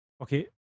Okay